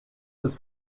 was